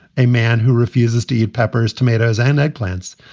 a man who refuses to eat peppers, tomatoes and eggplants,